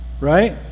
right